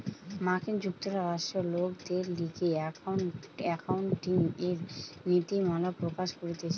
মার্কিন যুক্তরাষ্ট্রে লোকদের লিগে একাউন্টিংএর নীতিমালা প্রকাশ করতিছে